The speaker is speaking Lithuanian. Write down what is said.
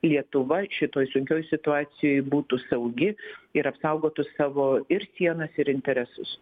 lietuva šitoj sunkioj situacijoj būtų saugi ir apsaugotų savo ir sienas ir interesus